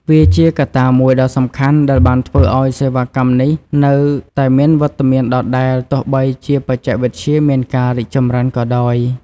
វាជាកត្តាមួយដ៏សំខាន់ដែលបានធ្វើឱ្យសេវាកម្មនេះនៅតែមានវត្តមានដដែលទោះបីជាបច្ចេកវិទ្យាមានការរីកចម្រើនក៏ដោយ។